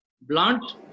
blunt